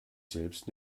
selbst